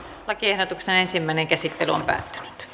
lakiehdotuksen ensimmäinen käsittely päättyi